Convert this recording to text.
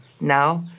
now